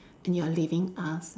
and you are leaving us